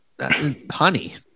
honey